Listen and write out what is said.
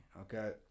okay